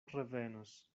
revenos